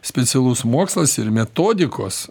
specialus mokslas ir metodikos